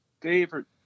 favorite